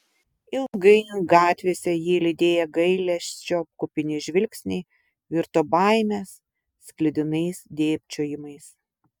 ilgainiui gatvėse jį lydėję gailesčio kupini žvilgsniai virto baimės sklidinais dėbčiojimais